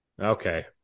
okay